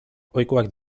ohikoak